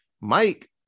mike